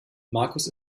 markus